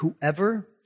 whoever